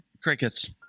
Crickets